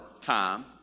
time